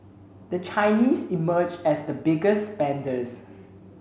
the Chinese emerged as the biggest spenders